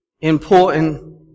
important